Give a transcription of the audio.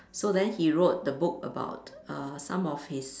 so then he wrote the book about err some of his